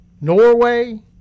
Norway